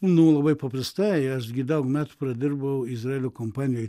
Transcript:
nu labai paprastai aš gi daug metų pradirbau izraelio kompanijoj